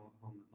home